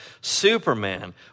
Superman